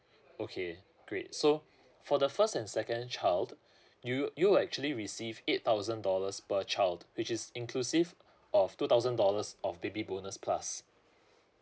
okay great so for the first and second child you you will actually receive eight thousand dollars per child which is inclusive of two thousand dollars of baby bonus plus